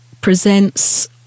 presents